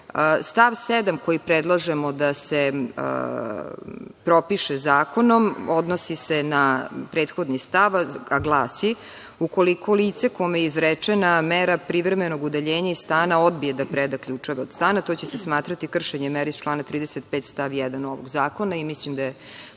7, koji predlažemo da se propiše zakonom, odnosi se na prethodni stav, a glasi: „Ukoliko lice kome je izrečena mera privremenog udaljenja iz stana odbije da preda ključeve od stana, to će se smatrati kršenjem mere iz člana 35. stav 1. ovog zakona“. Mislim da je